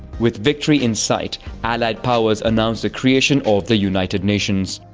with victory in sight, allied powers announce the creation of the united nations.